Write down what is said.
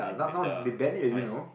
ya now now they ban it already know